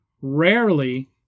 rarely